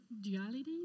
duality